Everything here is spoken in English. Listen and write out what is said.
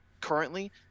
currently